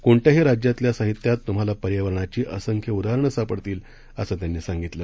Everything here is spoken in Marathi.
कोणत्याही राज्यातल्या साहित्यात तुम्हाला पर्यावरण रक्षणाची असंख्य उदाहरणं सापडतील असं त्यांनी सांगितलं